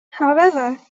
however